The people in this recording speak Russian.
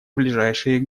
ближайшие